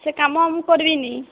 ସେ କାମ ଆଉ ମୁଁ କରିବିନି